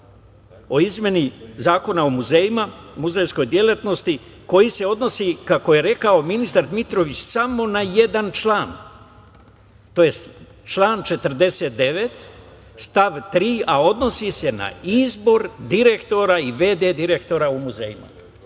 o izmeni Zakona o muzejima, muzejskoj delatnosti, koji se odnosi, kako je rekao ministar Dmitrović, samo na jedan član, tj. član 49. stav 3. a odnosi se na izbor direktora i v.d. direktora u muzejima.